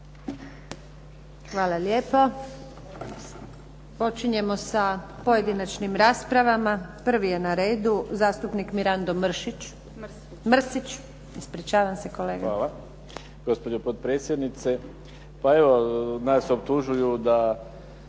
Hvala lijepo. Počinjemo sa pojedinačnim raspravama. Prvi je na redu zastupnik Mirando Mrsić. **Mrsić, Mirando (SDP)** Hvala, gospođo potpredsjednice. Pa evo nas optužuju da